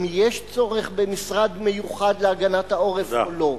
יש צורך במשרד מיוחד להגנת העורף או לא,